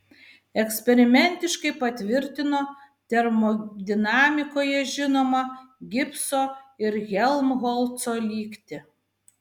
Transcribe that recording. eksperimentiškai patvirtino termodinamikoje žinomą gibso ir helmholco lygtį